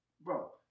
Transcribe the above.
bro